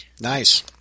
Nice